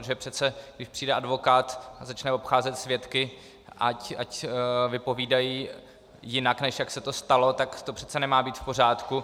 Protože přece když přijde advokát a začne obcházet svědky, ať vypovídají jinak, než jak se to stalo, tak to přece nemá být v pořádku.